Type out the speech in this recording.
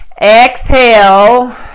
exhale